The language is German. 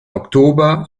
oktober